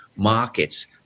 markets